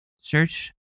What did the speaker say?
Search